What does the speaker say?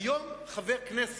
היום חבר כנסת,